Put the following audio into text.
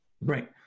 Right